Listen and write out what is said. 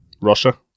Russia